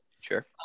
Sure